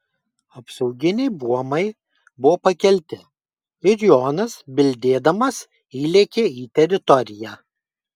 apsauginiai buomai buvo pakelti ir jonas bildėdamas įlėkė į teritoriją